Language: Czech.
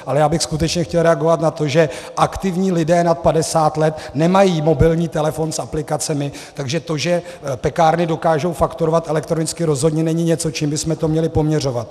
Ale já bych skutečně chtěl reagovat na to, že aktivní lidé nad 50 let nemají mobilní telefon s aplikacemi, takže to, že pekárny dokážou fakturovat elektronicky, rozhodně není něco, čím bychom to měli poměřovat.